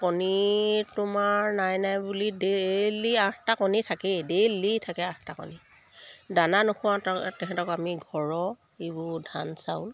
কণী তোমাৰ নাই নাই বুলি ডেইলি আঠটা কণী থাকেই ডেইলি থাকে আঠটা কণী দানা নোখোৱা তেহেঁতক আমি ঘৰৰ এইবোৰ ধান চাউল